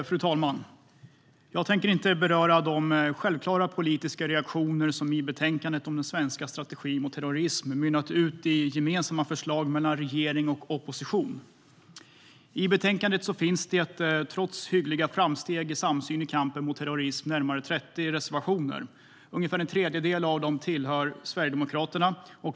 Fru talman! Jag tänker inte beröra de självklara politiska reaktioner som i betänkandet om den svenska strategin mot terrorism har mynnat ut i gemensamma förslag mellan regering och opposition. I betänkandet finns, trots hyggliga framsteg i samsyn i kampen mot terrorism, närmare 30 reservationer. Ungefär en tredjedel av dem kommer från Sverigedemokraterna.